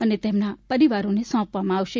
અને તેમના પરિવારોને સોંપવામાં આવશે